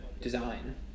design